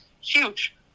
huge